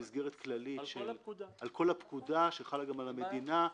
במסגרת כללית על כל הפקודה שחלה גם על המדינה,